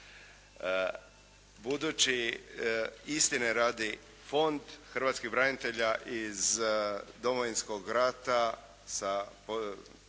Budući istine radi, Fond hrvatskih branitelja iz Domovinskog rata sa,